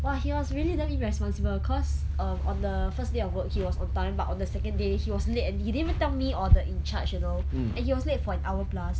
!wah! he was really damn irresponsible cause um on the first day of work he was on time but on the second day he was late and he didn't even tell me or the in charge you know and he was late for an hour plus